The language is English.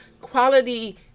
quality